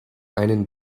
einen